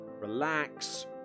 relax